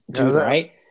right